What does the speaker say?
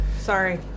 Sorry